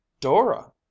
Dora